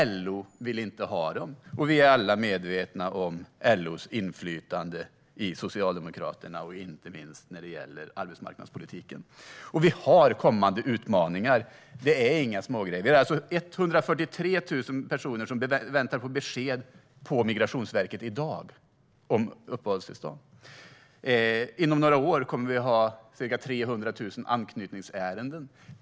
LO vill inte heller ha dem, och vi är alla medvetna om LO:s inflytande på Socialdemokraterna, inte minst när det gäller arbetsmarknadspolitiken. Vi har kommande utmaningar. Det är inga smågrejer. Just nu väntar 143 000 personer på besked från Migrationsverket om uppehållstillstånd. Inom några år kommer vi att ha ca 300 000 anknytningsärenden.